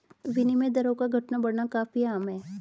विनिमय दरों का घटना बढ़ना काफी आम है